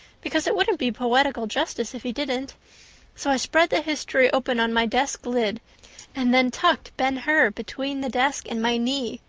because it wouldn't be poetical justice if he didn't so i spread the history open on my desk lid and then tucked ben hur between the desk and my knee.